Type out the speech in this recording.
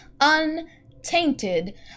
untainted